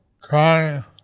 crying